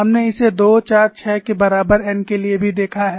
हमने इसे 2 4 6 के बराबर n के लिए भी देखा है